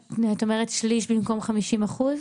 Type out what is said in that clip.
את אומרת שליש במקום 50%?